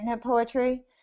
poetry